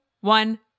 one